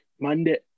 Monday